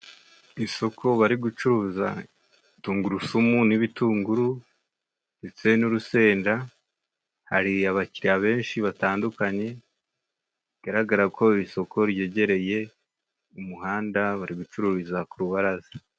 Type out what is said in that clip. Isoko bari gucuruza tungurusumu n'ibitunguru ndetse n'urusenda, hari abakiriya benshi batandukanye, bigaragara ko iri soko ryegereye umuhanda, bari gucururiza ku rubaraza.